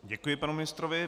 Děkuji panu ministrovi.